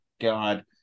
God